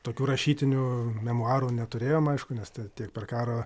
tokių rašytinių memuarų neturėjom aišku nes tiek per karo